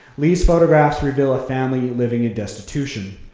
lee's photographs reveal a family living in destitution.